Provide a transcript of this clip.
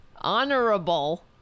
Honorable